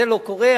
זה לא קורה,